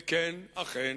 וכן, אכן,